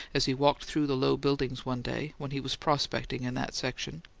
as he walked through the low buildings, one day, when he was prospecting in that section.